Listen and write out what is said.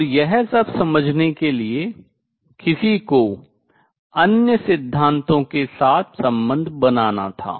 और यह सब समझने के लिए किसी को अन्य सिद्धांतों के साथ संबंध बनाना था